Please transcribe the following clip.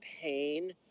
pain